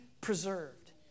preserved